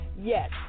Yes